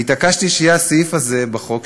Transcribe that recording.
והתעקשתי שיהיה הסעיף הזה בחוק,